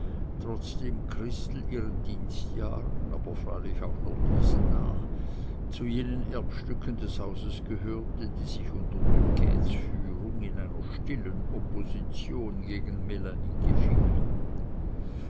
trotzdem christel ihren dienstjahren aber freilich auch nur diesen nach zu jenen erbstücken des hauses gehörte die sich unter duquedes führung in einer stillen opposition gegen melanie gefielen